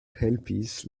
helpis